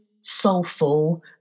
soulful